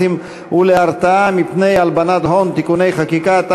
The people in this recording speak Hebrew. תשלום מסים ולהרתעה מפני הלבנת הון) (תיקוני חקיקה),